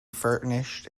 furnished